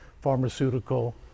pharmaceutical